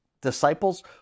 Disciples